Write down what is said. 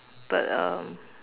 but um